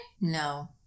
No